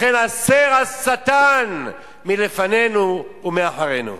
לכן, הסר השטן מלפנינו ומאחרינו.